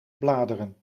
bladeren